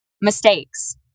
mistakes